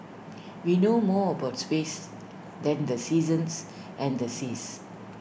we know more about space than the seasons and the seas